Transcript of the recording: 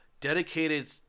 dedicated